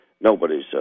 Nobody's